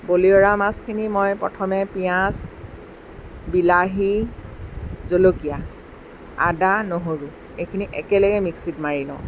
বলিয়ৰা মাছখিনি মই প্ৰথমে পিঁয়াজ বিলাহী জলকীয়া আদা নহৰু এইখিনি একেলগে মিক্সিত মাৰি লওঁ